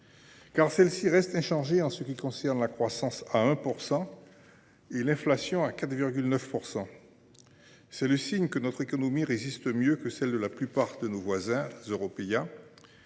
celles ci restent inchangées en ce qui concerne la croissance, à 1 %, et l’inflation, à 4,9 %. C’est le signe que notre économie résiste mieux que celle de la plupart de nos voisins européens